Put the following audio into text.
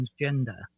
transgender